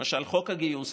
למשל חוק הגיוס,